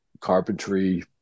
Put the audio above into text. carpentry